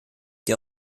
die